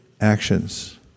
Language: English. actions